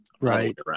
Right